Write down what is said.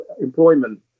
employment